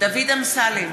דוד אמסלם,